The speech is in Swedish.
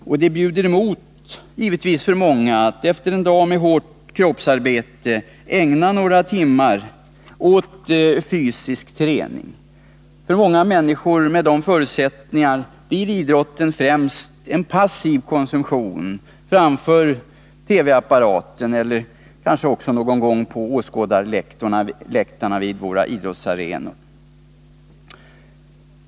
För många bjuder det givetvis emot att efter en dag med hårt kroppsarbete ägna några timmar åt fysisk träning. För många människor med sådana förutsättningar blir idrotten främst en passiv konsumtion framför TV-apparaten eller ibland på åskådarläktaren i någon av våra idrottsarenor.